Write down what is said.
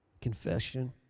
confession